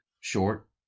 short